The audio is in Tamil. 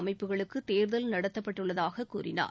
அமைப்புகளுக்குதேர்தல் நடத்தப்பட்டுள்ளதாககூறினார்